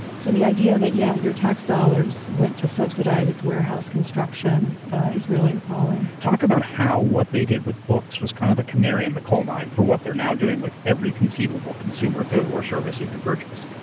so the idea that, yeah, your tax dollars went to subsidize its warehouse construction is really appalling. talk about how what they did with books was kind of the canary in the coal mine for what they're now doing with every conceivable consumer good or service you can purchase.